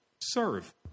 serve